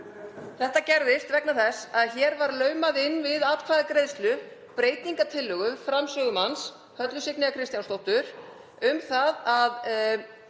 Þetta gerðist vegna þess að hér var laumað inn við atkvæðagreiðslu breytingartillögu framsögumanns, Höllu Signýjar Kristjánsdóttur, um að